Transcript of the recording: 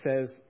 says